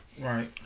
right